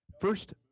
First